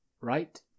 right